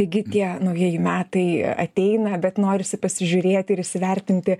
gi tie naujieji metai ateina bet norisi pasižiūrėt ir įsivertinti